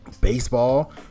Baseball